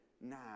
now